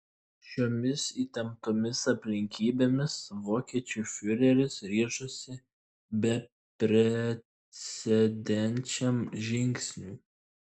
šiomis įtemptomis aplinkybėmis vokiečių fiureris ryžosi beprecedenčiam žingsniui